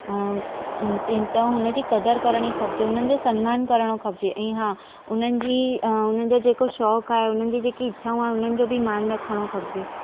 अ ते त उनजी कदर करिणी खपजे उनजो सम्मान करणु खपजे ऐं हा उनजी हुनजो जेको शौंक़ु आहे उनजी जेकी इच्छाऊं आहिनि उननि जो बि मान रखणु खपजे